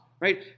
right